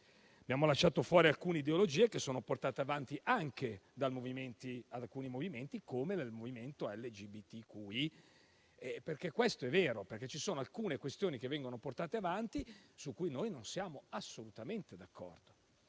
abbiamo lasciato fuori alcune ideologie che sono portate avanti anche da alcuni movimenti, come quello LGBTQI. È vero che ci sono alcune questioni che vengono portate avanti e su cui noi non siamo assolutamente d'accordo.